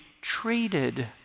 treated